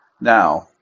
Now